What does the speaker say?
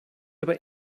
aber